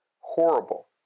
horrible